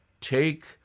take